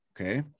Okay